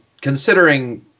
considering